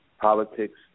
politics